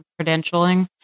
credentialing